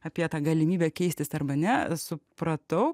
apie tą galimybę keistis arba ne supratau